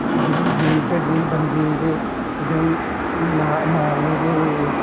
ਜਿਹੜੀ ਗੇਮ ਖੇਡਣੀ ਬੰਦੇ ਜਿਹੜੇ ਇੱਦਾਂ ਹੀ ਮਾ ਮਾਰਨੇ ਦੇ